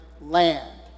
land